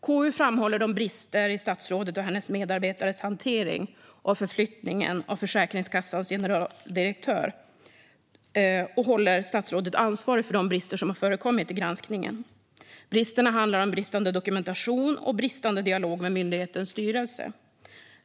KU framhåller bristerna i statsrådets och hennes medarbetares hantering av förflyttningen av Försäkringskassans generaldirektör och håller statsrådet ansvarig för de brister som framkommit i granskningen. Det handlar om bristande dokumentation och bristande dialog med myndighetens styrelse.